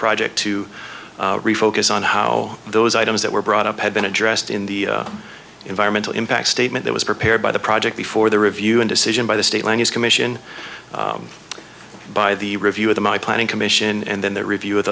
project to focus on how those items that were brought up had been addressed in the environmental impact statement that was prepared by the project before the review and decision by the state lines commission by the review of the my planning commission and then the review of